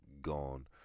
gone